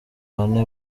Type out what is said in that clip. bane